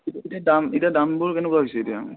এতিয়া দাম এতিয়া দামবোৰ কেনেকুৱা হৈছে এতিয়া